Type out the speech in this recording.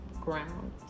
ground